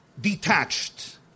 detached